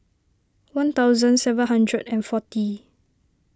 one thousand seven hundred and forty